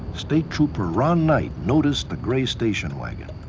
state trooper ron knight noticed the gray station wagon.